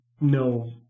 no